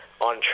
on